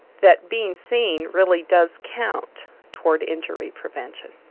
that being seen really does count toward injury prevention.